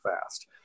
fast